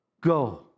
Go